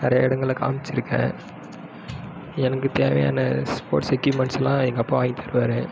நிறைய இடங்கள காமிச்சிருக்கேன் எனக்கு தேவையான ஸ்போட்ஸ் எக்கியூப்மென்ட்ஸைலாம் எங்கள் அப்பா வாங்கி தருவார்